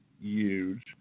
huge